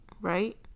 Right